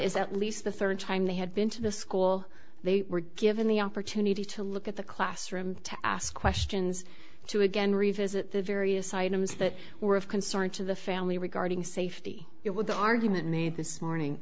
is at least the third time they had been to the school they were given the opportunity to look at the classroom to ask questions to again revisit the various items that were of concern to the family regarding safety it was the argument made this morning